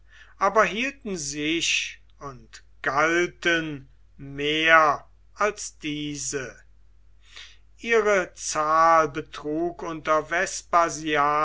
aber hielten sich und galten mehr als diese ihre zahl betrug unter